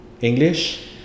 English